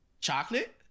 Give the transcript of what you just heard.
Chocolate